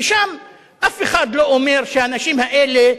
ושם אף אחד לא אומר שהאנשים האלה,